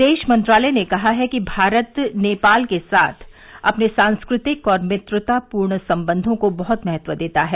विदेश मंत्रालय ने कहा है कि भारत नेपाल के साथ अपने सांस्कृतिक और मित्रतापूर्ण संबंधों को बहुत महत्व देता है